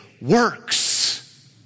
works